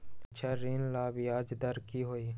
शिक्षा ऋण ला ब्याज दर कि हई?